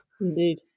Indeed